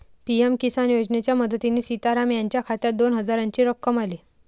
PM Kisan योजनेच्या मदतीने सीताराम यांच्या खात्यात दोन हजारांची रक्कम आली